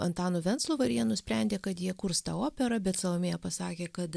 antanu venclova ir jie nusprendė kad jie kurs tą operą bet salomėja pasakė kad